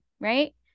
right